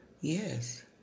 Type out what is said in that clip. yes